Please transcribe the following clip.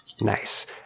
Nice